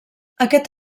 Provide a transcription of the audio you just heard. aquest